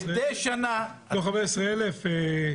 לא 15 אלף.